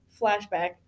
flashback